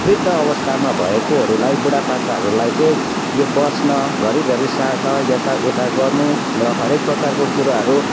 वृद्ध अवस्थामा भएकोहरूलाई बुढापाकाहरूलाई चाहिँ यो बस्न घरिघरि सार्न यताउता गर्नु र हरेक प्रकारको कुराहरू